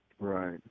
Right